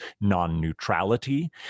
non-neutrality